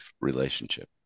relationship